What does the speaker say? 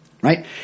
right